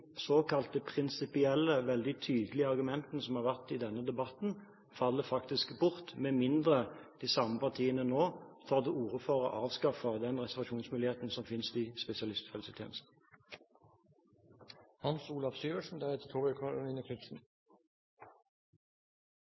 såkalte prinsipielle, veldig tydelige argumentene som har vært i denne debatten, faktisk bort, med mindre de samme partiene nå tar til orde for å avskaffe den reservasjonsmuligheten som finnes i spesialisthelsetjenesten.